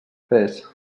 fes